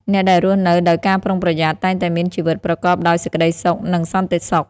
អ្នកដែលរស់នៅដោយការប្រុងប្រយ័ត្ន តែងតែមានជីវិតប្រកបដោយសេចក្ដីសុខ និងសន្តិសុខ។